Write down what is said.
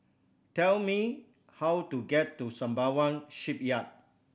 tell me how to get to Sembawang Shipyard